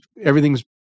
everything's